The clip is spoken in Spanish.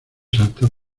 saltar